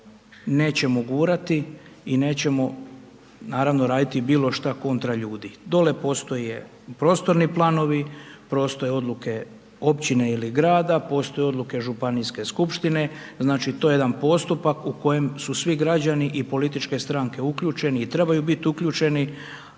nećemo gurati i nećemo naravno, raditi bilo što kontra ljudi. Dolje postoje prostorni planovi, postoje odluke općine ili grada, postoje odluke županijske skupštine, znači to je jedan postupak u kojem su svi građani i političke stranke uključeni i trebaju biti uključeni,